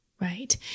Right